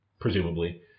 presumably